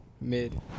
Mid